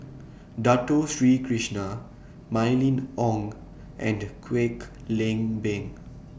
Dato Sri Krishna Mylene Ong and Kwek Leng Beng